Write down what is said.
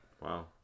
Wow